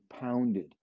pounded